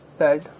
bed